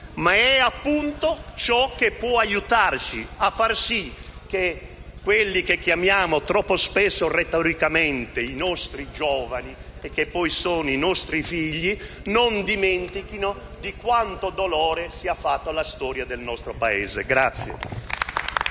ma è appunto ciò che può aiutarci a far sì che quelli che chiamiamo troppo spesso, retoricamente, i nostri giovani, e che poi sono i nostri figli, non dimentichino di quanto dolore sia fatta la storia del nostro Paese.